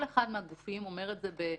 כל אחד מהגופים אומר את זה בשפתו,